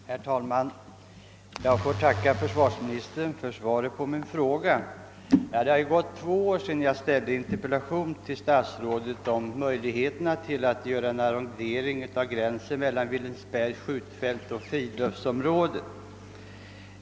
Herr talman! Jag ber att få tacka försvarsministern för svaret på min fråga. Det har gått två år sedan jag framställde en interpellation till statsrådet om möjligheten att göra en arrondering av gränsen mellan Villingsbergs skjutfält och fritidsområdet där.